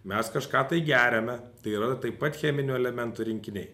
mes kažką tai geriame tai yra taip pat cheminių elementų rinkiniai